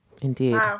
Indeed